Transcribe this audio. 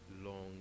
long